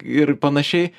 ir panašiai